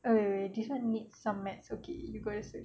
err this [one] need some maths okay you gotta search the